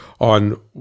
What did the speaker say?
on